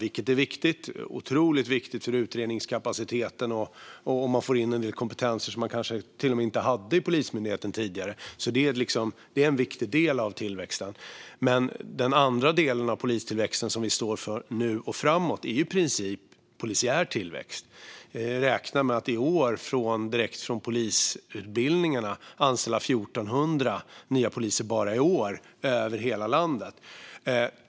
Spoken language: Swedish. De är viktiga för utredningskapaciteten, och man har fått in en del kompetenser som man kanske inte hade i Polismyndigheten tidigare. De är alltså en viktig del av tillväxten. Men den andra delen av polistillväxten nu och framöver är i princip polisiär tillväxt. Vi räknar med att bara i år över hela landet anställa 1 400 nya poliser direkt från polisutbildningarna.